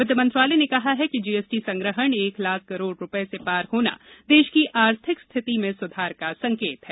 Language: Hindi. वित्त मंत्रालय ने कहा है कि जीएसटी संग्रहण एक लाख करोड़ रुपये से पार होना देश की आर्थिक स्थिति में सुधार का संकेत है